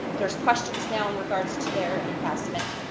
there's questions now in regards to their investment.